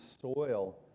soil